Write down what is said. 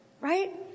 Right